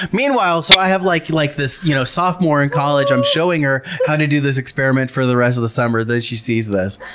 meanwhile, so i have like like this you know sophomore in college, i'm showing her how to do this experiment for the rest of the summer, then she sees this.